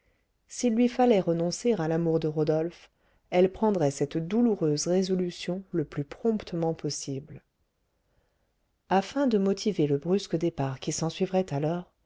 s'il lui fallait renoncer à l'amour de rodolphe elle prendrait cette douloureuse résolution le plus promptement possible afin de motiver le brusque départ qui s'ensuivrait alors